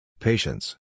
Patience